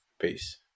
Peace